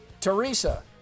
Teresa